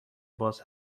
باز